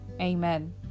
Amen